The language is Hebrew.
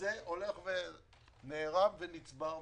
זה נערם ונצבר,